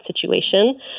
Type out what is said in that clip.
situation